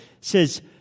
says